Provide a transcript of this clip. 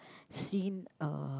seen uh